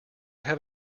have